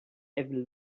evil